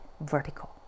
vertical